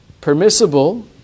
permissible